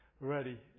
ready